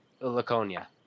Laconia